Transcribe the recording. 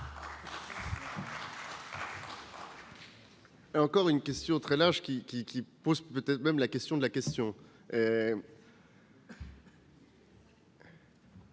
encore une question très large, qui pose peut-être même la question de la question